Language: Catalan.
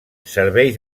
serveis